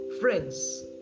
Friends